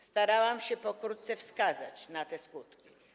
Starałam się pokrótce wskazać te skutki.